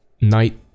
night